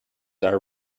are